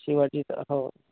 शिवाजीचं हो